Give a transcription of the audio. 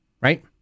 Right